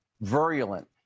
virulent